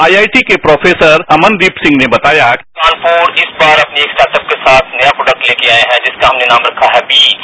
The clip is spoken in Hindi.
आई आई टी के प्रोफेसर अमन दीप सिंह ने बताया कानपुर इस बार अपने स्टार्टअप के साथ नया प्रोडक्ट लेकर आया है जिसका हमने नाम रखा है बीज